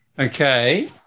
Okay